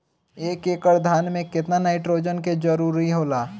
एक एकड़ धान मे केतना नाइट्रोजन के जरूरी होला?